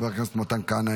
חבר הכנסת מתן כהנא,